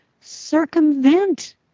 circumvent